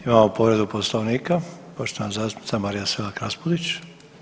Imamo povredu Poslovnika, poštovana zastupnica Marija Selak Raspudić.